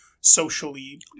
socially